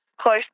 Close